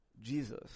Jesus